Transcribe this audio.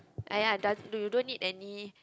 !aiya! doe~ you don't need any